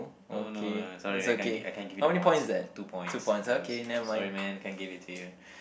no no sorry man I can't give I can't give you the points two points I'm sorry man I can't give it to you